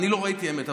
אני לא ראיתי האמת,